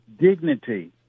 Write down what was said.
dignity